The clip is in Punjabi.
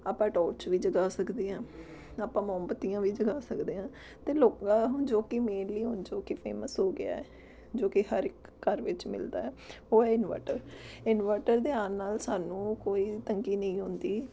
ਆਪਾਂ ਟੋਰਚ ਵੀ ਜਗਾ ਸਕਦੇ ਹਾਂ ਆਪਾਂ ਮੋਮਬੱਤੀਆਂ ਵੀ ਜਗਾ ਸਕਦੇ ਹਾਂ ਅਤੇ ਲੋਕਾਂ ਹੁਣ ਜੋ ਕਿ ਮੇਨਲੀ ਹੁਣ ਜੋ ਕਿ ਫੇਮਸ ਹੋ ਗਿਆ ਜੋ ਕਿ ਹਰ ਇੱਕ ਘਰ ਵਿੱਚ ਮਿਲਦਾ ਉਹ ਹੈ ਇਨਵਰਟਰ ਇਨਵਰਟਰ ਦੇ ਆਉਣ ਨਾਲ ਸਾਨੂੰ ਕੋਈ ਤੰਗੀ ਨਹੀਂ ਹੁੰਦੀ